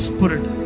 Spirit